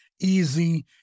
easy